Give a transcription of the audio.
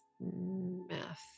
Math